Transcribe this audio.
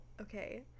okay